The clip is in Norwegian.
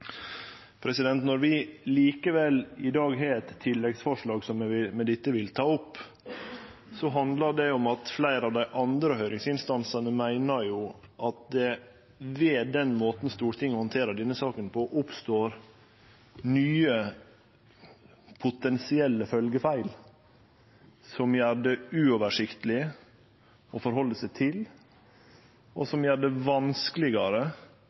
Når vi likevel i dag har eit tilleggsforslag som eg med dette vil ta opp, handlar det om at fleire av dei andre høyringsinstansane meiner at ved den måten Stortinget handterer denne saka på, oppstår det nye potensielle følgjefeil, som gjer det uoversiktleg å rette seg etter dette, og som gjer det vanskelegare